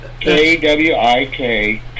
K-W-I-K